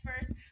first